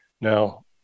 now